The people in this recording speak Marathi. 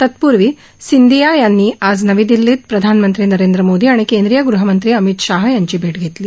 तत्पूर्वी शिंदे यांनी आज नवी दिल्लीत प्रधानमंत्री नरेंद्र मोदी आणि केंद्रीय गृहमंत्री अमित शाह यांची भेट घेतली